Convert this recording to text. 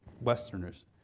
Westerners